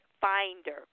Finder